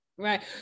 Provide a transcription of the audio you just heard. Right